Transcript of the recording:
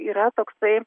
yra toksai